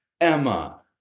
Emma